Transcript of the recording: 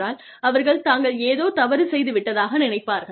ஏனென்றால் அவர்கள் தாங்கள் ஏதோ தவறு செய்து விட்டதாக நினைப்பார்கள்